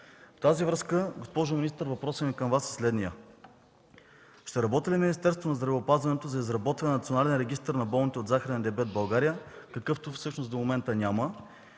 с това, госпожо министър, въпросът ми към Вас е следният: ще работи ли Министерството на здравеопазването за изработване на Национален регистър на болните от захарен диабет в България, какъвто всъщност до момента няма?